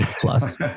plus